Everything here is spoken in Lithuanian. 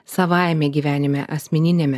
savajame gyvenime asmeniniame